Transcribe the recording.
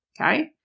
okay